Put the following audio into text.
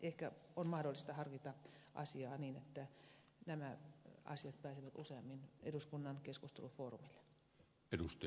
ehkä on mahdollista harkita asiaa niin että nämä asiat pääsevät useammin eduskunnan keskustelufoorumille